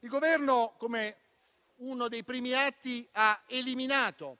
Il Governo, con uno dei suoi primi atti, ha eliminato